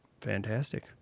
Fantastic